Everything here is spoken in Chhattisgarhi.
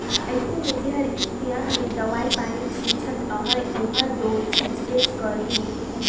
अइसे में जेहर इस्पेयर में दवई पानी छींचत अहे ओहर दो छींचबे करही